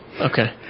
okay